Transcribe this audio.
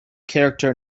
character